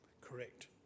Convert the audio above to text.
Correct